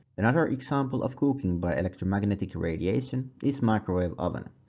another example of cooking by electromagnetic radiation is microwave oven.